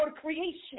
creation